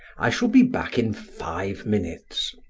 i shall be back in five minutes,